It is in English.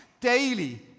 daily